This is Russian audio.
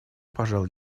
пожал